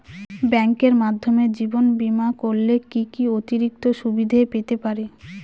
ব্যাংকের মাধ্যমে জীবন বীমা করলে কি কি অতিরিক্ত সুবিধে পেতে পারি?